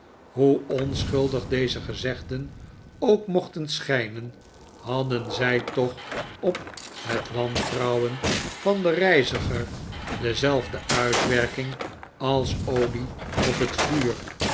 hoe onschuldig deze gezegden ook mochten schijnen hadden zij toch op het wantrouwen van den reiziger dezelfde uitwerking als olie op het vuur